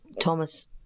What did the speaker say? Thomas